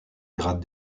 grade